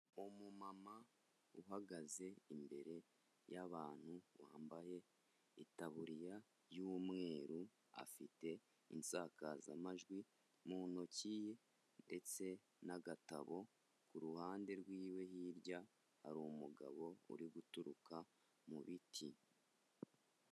Umumama uhagaze imbere y'abantu wambaye itaburiya y'umweru afite insakazamajwi mu ntoki ze ndetse n'agatabo ku ruhande rw'iwe hirya hari umugabo uri guturuka mu biti.